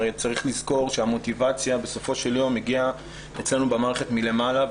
צריך לזכור שהמוטיבציה בסופו של יום הגיעה אצלנו במערכת מלמעלה.